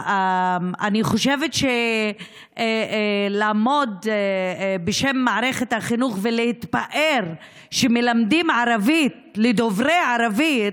אני חושבת שלעמוד בשם מערכת החינוך ולהתפאר שמלמדים ערבית לדוברי ערבית,